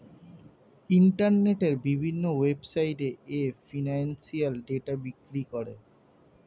ইন্টারনেটের বিভিন্ন ওয়েবসাইটে এ ফিনান্সিয়াল ডেটা বিক্রি করে